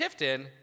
Tifton